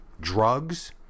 drugs